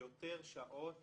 יותר שעות